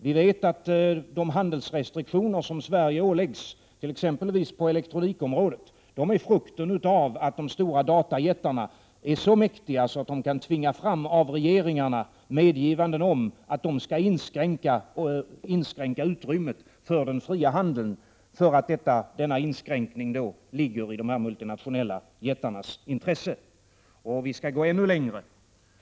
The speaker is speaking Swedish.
Vi vet att de handelsrestriktioner som Sverige åläggs, t.ex. på elektronikområdet, ju är frukten av att de stora datajättarna är så mäktiga att de kan tvinga fram av regeringarna medgivanden om att de skall inskränka utrymmet för den fria handeln, därför att denna inskränkning ligger i dessa multinationella jättars intresse. 3 Och vi skall gå ännu längre.